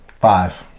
Five